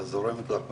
זורמת לך